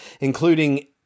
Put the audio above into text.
including